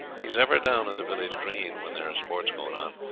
he is ever down at the village green when there are sports going on.